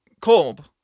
Kolb